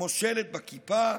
מושלת בכיפה,